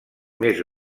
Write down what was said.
més